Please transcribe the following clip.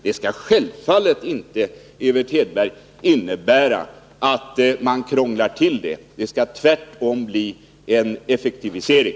Detta skall självfallet inte, Evert Hedberg, innebära att man krånglar till det. Det skall tvärtom bli en effektivisering.